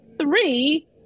three